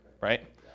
right